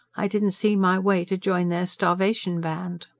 i didn't see my way to join their starvation band.